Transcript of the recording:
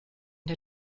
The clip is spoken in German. der